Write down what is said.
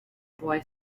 boy